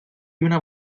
una